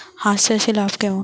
হাঁস চাষে লাভ কেমন?